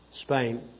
Spain